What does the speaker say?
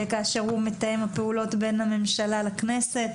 כאשר הוא מתאם הפעולות בין הממשלה לכנסת,